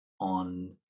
on